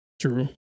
true